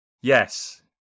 Yes